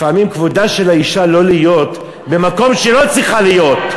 לפעמים כבודה של האישה הוא לא להיות במקום שהיא לא צריכה להיות,